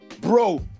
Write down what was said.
Bro